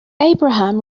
abraham